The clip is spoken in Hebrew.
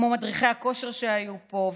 כמו מדריכי הכושר שהיו פה,